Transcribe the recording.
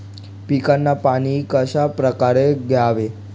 पिकांना पाणी कशाप्रकारे द्यावे?